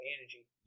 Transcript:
energy